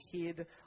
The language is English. head